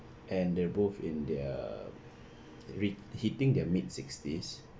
and they're both in their rea~ hitting the mid sixties